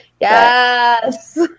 Yes